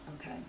okay